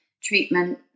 treatment